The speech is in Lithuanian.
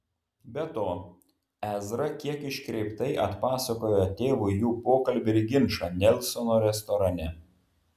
be to ezra kiek iškreiptai atpasakojo tėvui jų pokalbį ir ginčą nelsono restorane